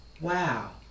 wow